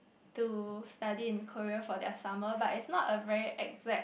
to study in Korea for their summer but is not a very exact